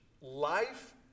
life